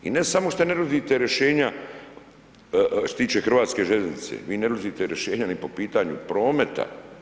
I ne samo što ne nudite rješenja, što se tiče Hrvatske željeznice, vi ne nudite rješenje ni po pitanju prometa.